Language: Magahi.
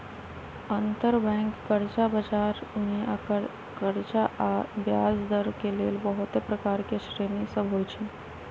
अंतरबैंक कर्जा बजार मे कर्जा आऽ ब्याजदर के लेल बहुते प्रकार के श्रेणि सभ होइ छइ